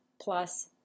plus